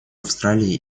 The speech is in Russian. австралией